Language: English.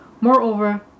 Moreover